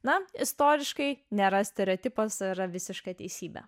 na istoriškai nėra stereotipas yra visiška teisybė